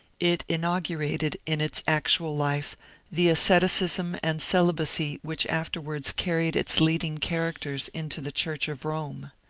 it inaugurated in its actual life the asceticism and celibacy which afterwards carried its leading characters into the church of rome.